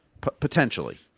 potentially